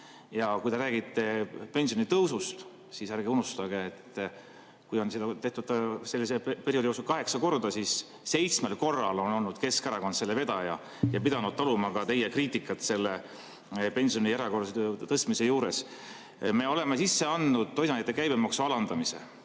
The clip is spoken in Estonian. Ja kui te räägite pensionitõusust, siis ärge unustage, et kui seda on tehtud selle perioodi jooksul kaheksa korda, siis seitsmel korral on olnud Keskerakond selle vedaja ja pidanud taluma ka teie kriitikat selle pensioni erakorralise tõstmise juures. Me oleme sisse andnud toiduainete käibemaksu alandamise.